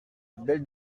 belle